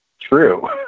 true